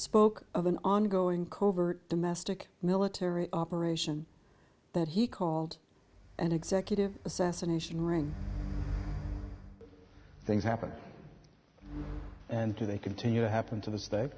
spoke of an ongoing covert domestic military operation that he called an executive assassination ring things happen and do they continue to happen to the state